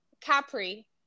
Capri